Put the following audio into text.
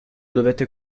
dovette